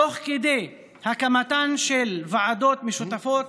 תוך כדי הקמתן של ועדות משותפות,